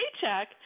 paycheck